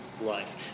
Life